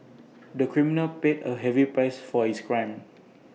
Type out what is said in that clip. the criminal paid A heavy price for his crime